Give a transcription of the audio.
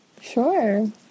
Sure